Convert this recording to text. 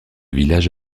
village